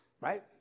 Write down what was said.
Right